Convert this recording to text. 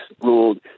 ruled